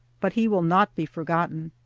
but he will not be forgotten.